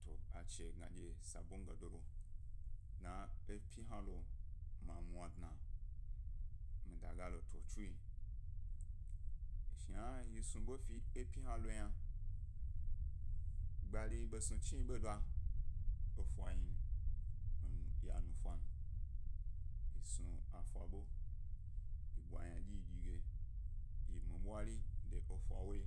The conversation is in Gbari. to a echi ḃe gna sabon gadoro, dna epyi hna lo, ma mwa dna mi da galo totsu yi shni yi snu ḃe fi pyi hna lo yna gbari ḃe snu chi yi ḃodo epa yin, ya nufa, yi snu afa ḃe yi bwa yna dyi yi dyi gye, yi myi bwari de efa woyi,